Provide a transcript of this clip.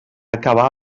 acabar